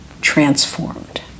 transformed